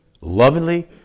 lovingly